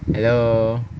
hello